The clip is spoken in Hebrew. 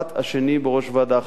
השני בראש ועדה אחרת.